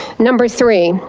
number three,